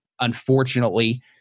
unfortunately